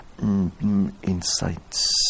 insights